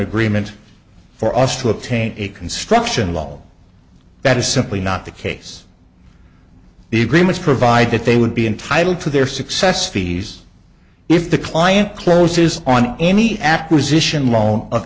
agreement for us to obtain a construction law that is simply not the case the agreements provide that they would be entitled to their success fees if the client closes on any acquisition loan